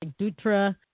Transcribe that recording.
Dutra